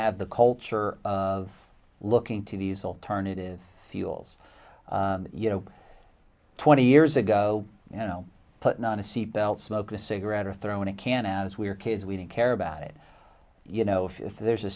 have the culture of looking to these alternative fuels you know twenty years ago you know putting on a seatbelt smoke a cigarette or throwing a can as we were kids we didn't care about it you know if there's a